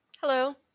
Hello